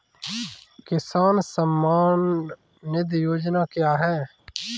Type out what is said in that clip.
किसान सम्मान निधि योजना क्या है?